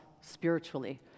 spiritually